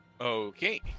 okay